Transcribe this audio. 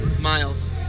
Miles